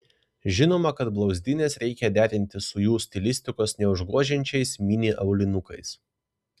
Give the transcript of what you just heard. žinoma kad blauzdines reikia derinti su jų stilistikos neužgožiančiais mini aulinukais